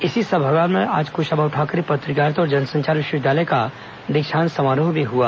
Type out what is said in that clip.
इसी सभागार में आज कुशाभाऊ ठाकरे पत्रकारिता और जनसंचार विश्वविद्यालय का दीक्षांत समारोह भी हुआ